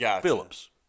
Phillips